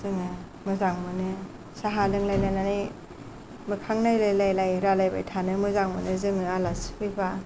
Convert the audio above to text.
जोङो मोजां मोनो साहा लोंलायलायनानै मोखां नायलायलायनाय रायलायबाय थानो मोजां मोनो जोङो आलासि फैबा